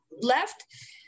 left